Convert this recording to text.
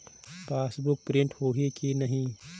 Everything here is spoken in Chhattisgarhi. पासबुक प्रिंट होही कि नहीं?